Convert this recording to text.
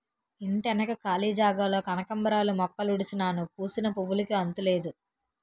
ఇంటెనక కాళీ జాగాలోన కనకాంబరాలు మొక్కలుడిసినాను పూసిన పువ్వులుకి అంతులేదు